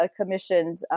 commissioned